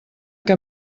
que